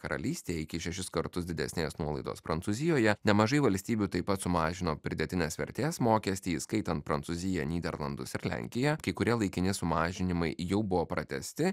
karalystėje iki šešis kartus didesnės nuolaidos prancūzijoje nemažai valstybių taip pat sumažino pridėtinės vertės mokestį įskaitant prancūziją nyderlandus ir lenkiją kai kurie laikini sumažinimai jau buvo pratęsti